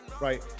Right